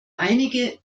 einige